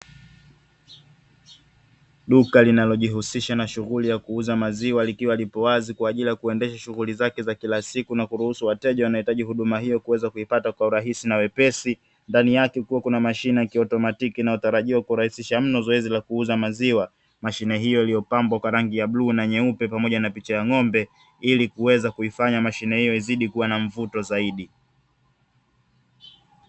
Duka linalojihusisha na shughuli ya kuuza maziwa, likiwa lipo wazi kwa ajili ya kuendesha shughuli zake za kila siku na kuruhusu wateja wanaohitaji huduma hiyo kuweza kuipata kwa urahisi na wepesi, ndani yake kukiwa kuna mashine ya kiautomatiki inayotarajiwa kurahisisha mno zoezi la kuuza maziwa. Mashine hiyo iliyopambwa kwa rangi ya bluu na nyeupe pamoja na picha ya ng'ombe ili kuweza kuifanya mashine hiyo izidi kuwa na mvuto zaidi.